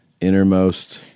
innermost